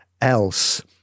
else